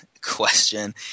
question